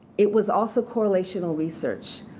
it was also correlational research.